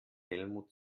helmut